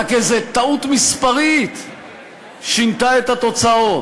רק איזו טעות מספרית שינתה את התוצאות.